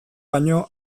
baino